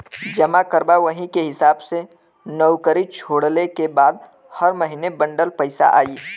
जमा करबा वही के हिसाब से नउकरी छोड़ले के बाद हर महीने बंडल पइसा आई